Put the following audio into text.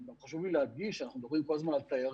חשוב לי להדגיש, אנחנו מדברים על הזמן על תיירים